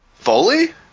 Foley